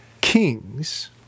kings